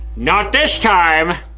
not this time.